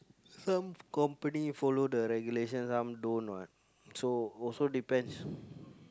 some company follow the regulations some don't what so also depends